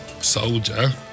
soldier